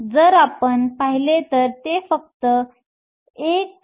जर आपण पाहिले तर ते फक्त 1